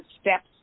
steps